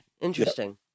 Interesting